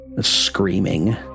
screaming